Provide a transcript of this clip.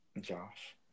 Josh